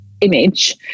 image